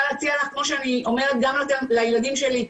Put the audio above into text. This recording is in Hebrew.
להציע לך כמו שאני אומרת גם לילדים שלי,